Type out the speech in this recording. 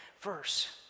verse